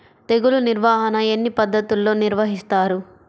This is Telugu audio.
తెగులు నిర్వాహణ ఎన్ని పద్ధతుల్లో నిర్వహిస్తారు?